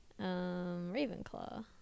Ravenclaw